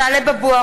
(קוראת בשמות חברי הכנסת) טלב אבו עראר,